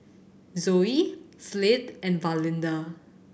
Zoe Slade and Valinda